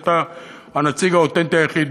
כי אתה הנציג האותנטי היחיד.